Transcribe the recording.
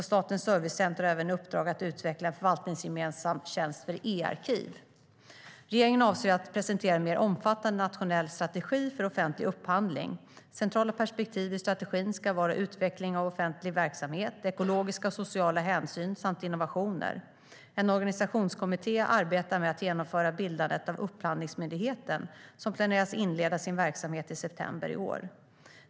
Statens servicecenter har även i uppdrag att utveckla en förvaltningsgemensam tjänst för e-arkiv. Regeringen avser att presentera en mer omfattande nationell strategi för offentlig upphandling. Centrala perspektiv i strategin ska vara utveckling av offentlig verksamhet, ekologiska och sociala hänsyn samt innovationer. En organisationskommitté arbetar med att genomföra bildandet av Upphandlingsmyndigheten, som planeras inleda sin verksamhet i september i år.